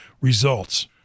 Results